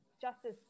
Justice